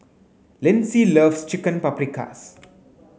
Lyndsey loves Chicken Paprikas